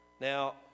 Now